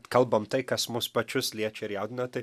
kalbam tai kas mus pačius liečia ir jaudina tai